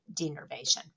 denervation